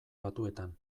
batuetan